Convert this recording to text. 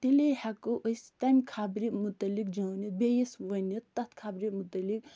تیٚلی ہٮ۪کو أسۍ تَمہِ خبرِ متعلِق جٲنِتھ بیٚیِس ؤنِتھ تَتھ خبرِ مُتعلِق